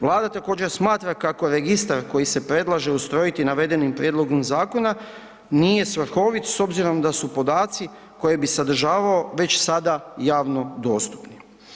Vlada također smatra kako registar koji se predlaže ustrojiti navedenim prijedlogom zakona nije svrhovit s obzirom da su podaci koje bi sadržavao već sada javno dostupni.